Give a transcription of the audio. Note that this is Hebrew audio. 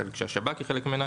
אחרת שהשב"כ היא חלק ממנה,